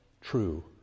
true